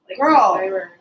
Girl